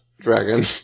dragon